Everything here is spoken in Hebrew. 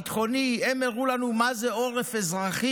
הביטחוני; הן הראו לנו מה זה עורף אזרחי,